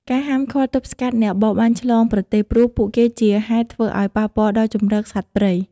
ការហាមឃាត់ទប់ស្កាត់អ្នកបរបាញ់ឆ្លងប្រទេស ព្រោះពួកគេជាហេតុធ្វើឲ្យប៉ះពាល់ដល់ជម្រកសត្វព្រៃ។